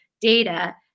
data